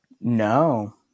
No